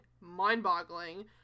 mind-boggling